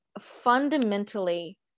fundamentally